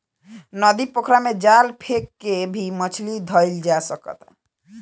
नदी, पोखरा में जाल फेक के भी मछली धइल जा सकता